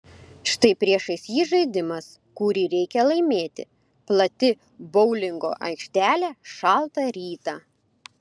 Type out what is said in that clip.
štai priešais jį žaidimas kurį reikia laimėti plati boulingo aikštelė šaltą rytą